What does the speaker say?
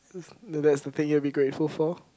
then that's the thing you will be grateful for